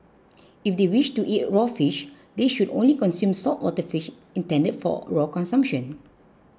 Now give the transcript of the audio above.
if they wish to eat raw fish they should only consume saltwater fish intended for raw consumption